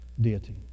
Deity